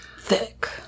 Thick